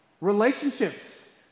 Relationships